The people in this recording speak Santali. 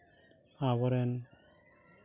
ᱟᱵᱚᱨᱮᱱ